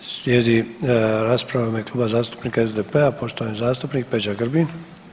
Slijedi rasprava u ime Kluba zastupnika SDP-a poštovani zastupnik Peđa Grbin.